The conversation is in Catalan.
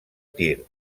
tir